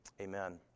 Amen